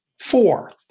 Four